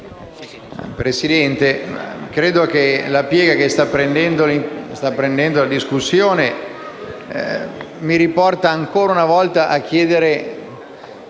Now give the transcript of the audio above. Presidente, la piega che sta prendendo la discussione mi porta ancora una volta a chiedere